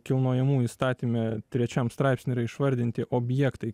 kilnojamųjų įstatyme trečiam straipsny išvardinti objektai